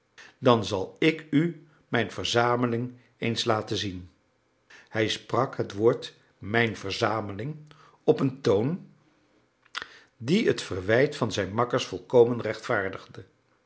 dan zal ik u mijn verzameling eens laten zien hij sprak het woord mijn verzameling op een toon die het verwijt van zijn makkers volkomen rechtvaardigde